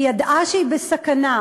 היא ידעה שהיא בסכנה.